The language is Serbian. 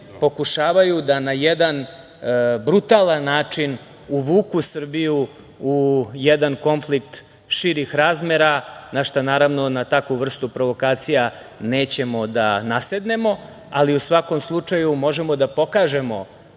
pokušavaju da na jedan brutalan način uvuku Srbiju u jedan konflikt širih razmera, na šta, naravno, na takvu vrstu provokacija nećemo da nasednemo.U svakom slučaju, možemo da pokažemo